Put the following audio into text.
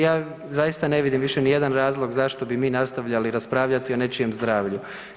ja zaista ne vidim više ni jedan razlog zašto bi mi nastavljali raspravljati o nečijem zdravlju.